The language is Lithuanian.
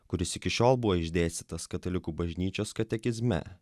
kuris iki šiol buvo išdėstytas katalikų bažnyčios katekizme